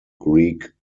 greek